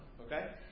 okay